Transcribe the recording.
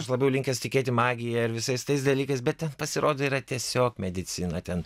aš labiau linkęs tikėti magija ir visais tais dalykais bet ten pasirodo yra tiesiog medicina ten